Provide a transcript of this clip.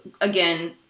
again